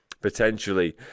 potentially